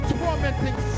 tormenting